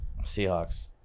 Seahawks